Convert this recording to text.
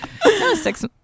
six